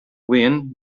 wind